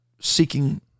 seeking